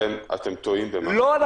אתם טועים במשהו.